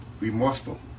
remorseful